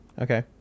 okay